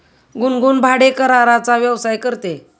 गुनगुन भाडेकराराचा व्यवसाय करते